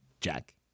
Jack